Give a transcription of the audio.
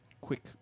Quick